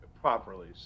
properly